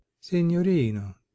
Signorino